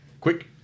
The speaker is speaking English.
Quick